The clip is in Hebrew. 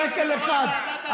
שקל אחד.